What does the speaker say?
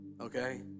okay